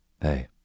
Hey